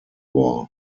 war